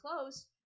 close